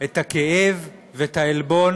את הכאב ואת העלבון